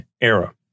era